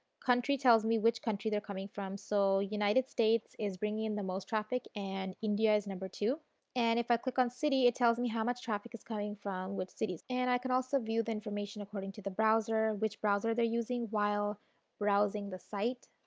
country tells me which country they are coming from, so united states is bringing in the most traffic and india is number two and if i click on city it tells me how much traffic is coming from which cities. and i can also view the information of the browser, which browser they are using while browsing the site,